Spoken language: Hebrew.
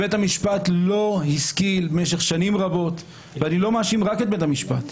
בית המשפט לא השכיל במשך שנים רבות אני לא מאשים רק את בית המשפט.